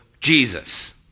Jesus